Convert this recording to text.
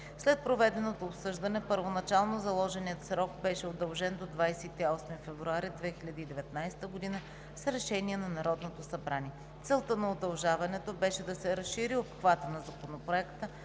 След проведеното обсъждане, първоначално заложеният срок беше удължен до 28 февруари 2019 г. с решение на Народното събрание. Целта на удължаването беше да се разшири обхватът на Законопроекта,